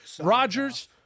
Rodgers